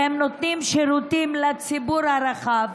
שהם נותנים שירותים לציבור הרחב,